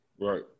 Right